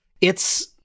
It's-